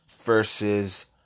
versus